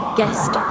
Guest